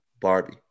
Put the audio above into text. Barbie